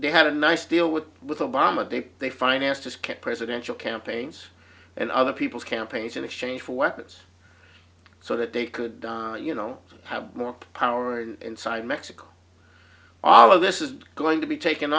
they had a nice deal with with obama they they financed escape presidential campaigns and other people's campaigns in exchange for weapons so that they could you know have more power and inside mexico all of this is going to be taken